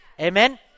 Amen